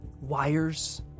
wires